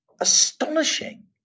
astonishing